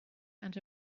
and